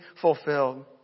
fulfilled